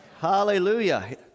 Hallelujah